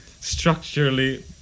structurally